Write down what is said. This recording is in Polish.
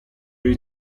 jej